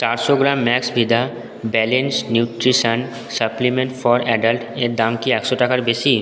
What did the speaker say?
চারশো গ্রাম Maxvida balance nutrition supplement for অ্যাডাল্টের দাম কি একশো টাকার বেশি